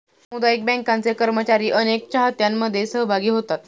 सामुदायिक बँकांचे कर्मचारी अनेक चाहत्यांमध्ये सहभागी होतात